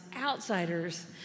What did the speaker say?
outsiders